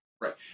Right